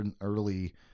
early